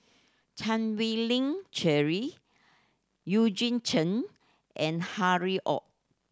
Chan Wei Ling Cheryl Eugene Chen and Harry Ord